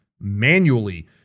manually